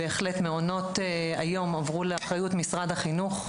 מעונות היום עברו לאחריות של משרד החינוך.